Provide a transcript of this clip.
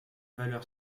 valeur